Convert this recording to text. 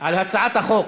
על הצעת החוק.